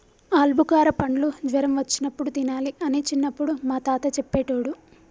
ఆల్బుకార పండ్లు జ్వరం వచ్చినప్పుడు తినాలి అని చిన్నపుడు మా తాత చెప్పేటోడు